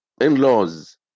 in-laws